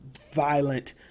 violent